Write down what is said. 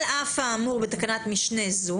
על אף האמור בתקנת משנה זו,